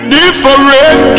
Different